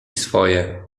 swoje